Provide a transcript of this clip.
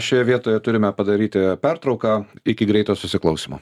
ką šioje vietoje turime padaryti pertrauką iki greito susiklausymo